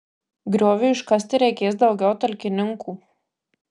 grioviui iškasti reikės daugiau talkininkų